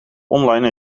online